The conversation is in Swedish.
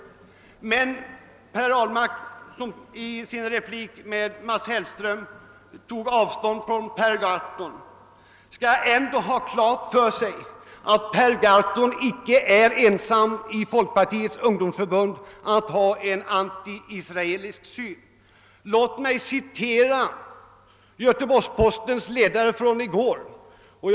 Nu tog herr Ahlmark i sin replik till herr Hellström avstånd från Per Gahrton. Herr Ahlmark skall emellertid ha klart för sig att Gahrton inte är ensam i Folkpartiets ungdomsförbund om att ha en antiisraelisk syn. Låt mig citera ur Göteborgs-Postens ledare i gårdagens nummer.